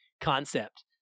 concept